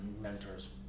mentor's